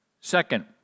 Second